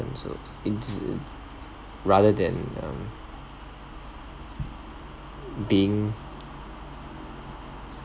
it's rather than um being